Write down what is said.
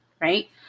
right